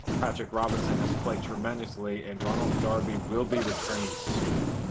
patrick robinson has played tremendously and ronald darby will be returning soon.